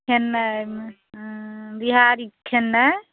नहि बिहारी खेनाइ